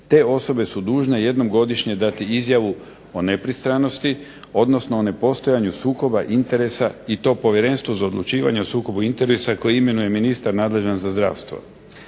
te osobe su dužne jednom godišnje dati izjavu o nepristranosti, odnosno o nepostojanju sukoba interesa i to Povjerenstvo za odlučivanje o sukobu interesa koji imenuje ministar nadležan za zdravstvo.